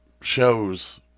shows